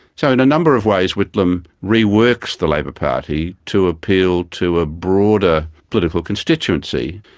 so in a number of ways, whitlam reworks the labor party to appeal to a broader political constituency,